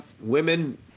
women